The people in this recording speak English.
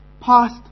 past